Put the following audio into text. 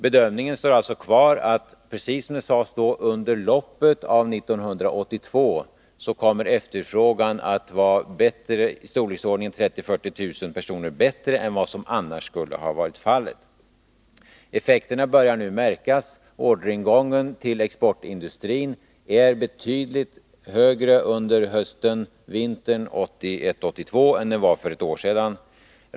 Bedömningen står alltså kvar, precis som det sades då, att efterfrågan under loppet av 1982 kommer att vara i storleksordningen 30 000-40 000 personer bättre än vad som annars skulle ha varit fallet. Effekterna börjar nu märkas. Orderingången till exportindustrin är betydligt högre under hösten-vintern 1981-1982 än den var för ett år sedan.